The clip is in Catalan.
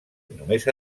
només